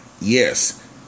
Yes